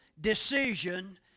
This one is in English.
decision